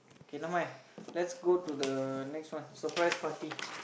okay never mind let's go to the next one surprise party